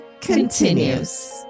continues